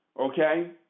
okay